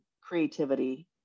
creativity